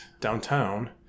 downtown